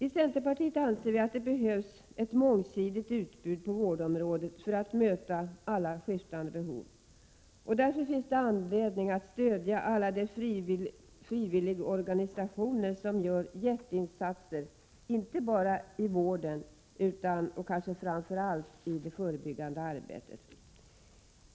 I centerpartiet anser vi att det behövs ett mångsidigt utbud på vårdområdet för att möta alla skiftande behov och att det därför finns anledning att stödja alla de frivilligorganisationer som gör jätteinsatser inte bara i vården utan, och kanske framför allt, även i det förebyggande arbetet.